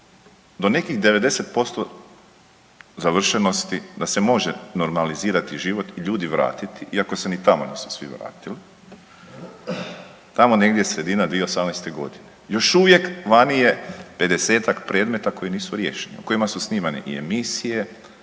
do nekih 90% završenosti da se može normalizirati život, ljudi vratiti iako se ni tamo nisu svi vratili, tamo negdje sredina 2018. godine još uvijek vani je pedesetak predmeta koji nisu riješeni, o kojima su snimane i emisije